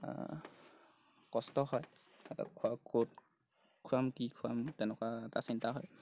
কষ্ট হয় খোৱা ক'ত খুৱাম কি খুৱাম তেনেকুৱা এটা চিন্তা হয়